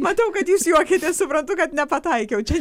matau kad jūs juokiatės suprantu kad nepataikiau čia